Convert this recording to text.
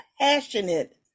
passionate